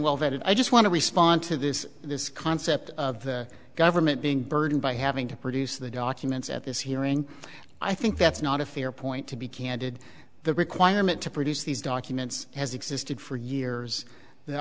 well that i just want to respond to this this concept of the government being burdened by having to produce the documents at this hearing i think that's not a fair point to be candid the requirement to produce these documents has existed for years the